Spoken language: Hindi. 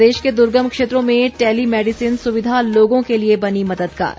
प्रदेश के दुर्गम क्षेत्रों में टेलीमैडिसन सुविधा लोगों के लिए बनी मददगार